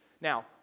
Now